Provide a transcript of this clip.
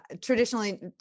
traditionally